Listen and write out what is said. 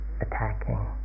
attacking